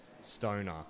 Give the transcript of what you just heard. stoner